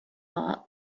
law